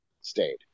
stayed